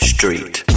Street